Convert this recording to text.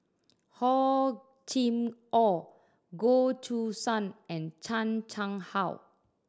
Hor Chim Or Goh Choo San and Chan Chang How